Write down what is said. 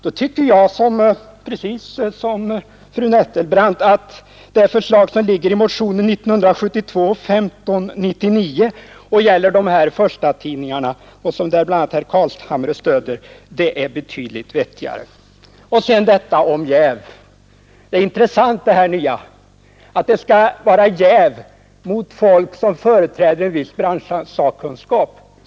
Då tycker jag liksom fru Nettelbrandt att det förslag som framförs i motion nr 1599 år 1972 och gäller förstatidningar och som bl.a. herr Carlshamre stöder är betydligt vettigare. Sedan detta om jäv. Det är intressant detta nya att det skall vara jäv mot folk som företräder en viss branschsakkunskap.